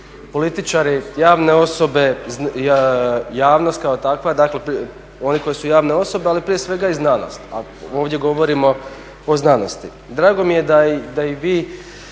političari, javne osobe, javnost kao takva, dakle oni koji su javne osobe, ali prije svega i znanost, a ovdje govorimo o znanosti. Drago mi je da i vi